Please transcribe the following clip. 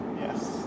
Yes